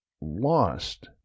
lost